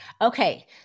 Okay